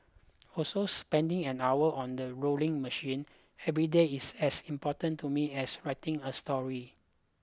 also spending an hour on the rowing machine every day is as important to me as writing a story